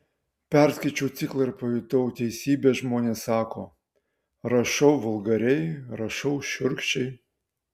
perskaičiau ciklą ir pajutau teisybę žmonės sako rašau vulgariai rašau šiurkščiai